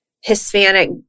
Hispanic